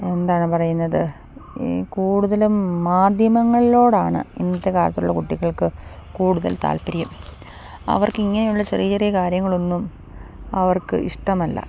എന്താണ് പറയുന്നത് ഈ കൂടുതലും മാധ്യമങ്ങളിലോടാണ് ഇന്നത്തെ കാലത്തുള്ള കുട്ടികൾക്ക് കൂടുതൽ താൽപര്യം അവർക്ക് ഇങ്ങനെയുള്ള ചെറിയ ചെറിയ കാര്യങ്ങളൊന്നും അവർക്ക് ഇഷ്ടമല്ല